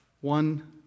One